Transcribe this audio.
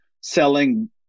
selling